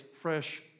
fresh